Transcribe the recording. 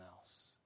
else